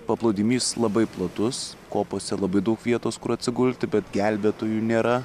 paplūdimys labai platus kopose labai daug vietos kur atsigulti bet gelbėtojų nėra